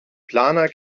planer